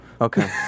Okay